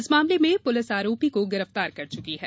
इस मामले में पुलिस आरोपी को गिरफ्तार कर चुकी है